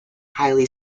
highly